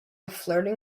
flirting